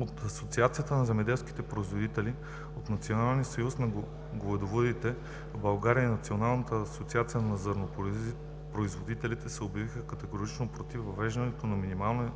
От Асоциацията на земеделските производителите, от Националния съюз на говедовъдите в България и Националната асоциация на зърнопроизводителите се обявиха категорично против въвеждането на минимален